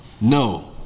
no